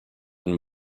and